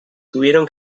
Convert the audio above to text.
tuvieron